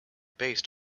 based